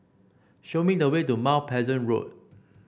show me the way to Mount Pleasant Road